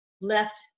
left